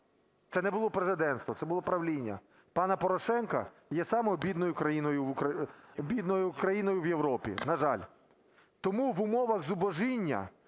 це не було президенство, це було правління пана Порошенка, - є самою бідною країною в Європі, на жаль. Тому в умовах зубожіння